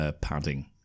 padding